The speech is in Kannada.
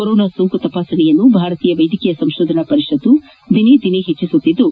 ಕೊರೋನಾ ಸೋಂಕು ತಪಾಸಣೆಯನ್ನು ಭಾರತೀಯ ವೈದ್ಯಕೀಯ ಸಂಶೋಧನಾ ಪರಿಷತ್ ದಿನೇ ದಿನೇ ಹೆಚ್ಲಿಸುತ್ತಿದ್ದು